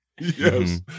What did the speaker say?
Yes